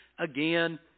again